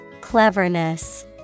Cleverness